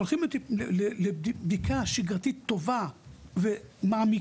הולכים לבדיקה שגרתית טובה ומעמיקה,